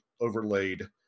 overlaid